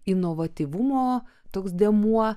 inovatyvumo toks dėmuo